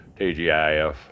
TGIF